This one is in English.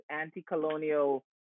anti-colonial